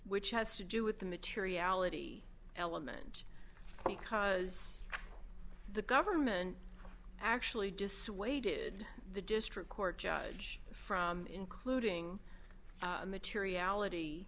which has to do with the materiality element because the government actually dissuaded the district court judge from including materiality